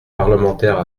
parlementaires